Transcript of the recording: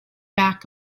back